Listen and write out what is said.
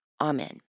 Amen